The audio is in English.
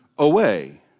away